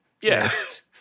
Yes